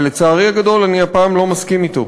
אבל לצערי הגדול, אני הפעם לא מסכים אתו.